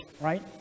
right